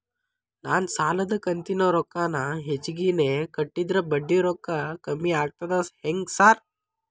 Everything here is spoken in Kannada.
ನಾನ್ ಸಾಲದ ಕಂತಿನ ರೊಕ್ಕಾನ ಹೆಚ್ಚಿಗೆನೇ ಕಟ್ಟಿದ್ರ ಬಡ್ಡಿ ರೊಕ್ಕಾ ಕಮ್ಮಿ ಆಗ್ತದಾ ಹೆಂಗ್ ಸಾರ್?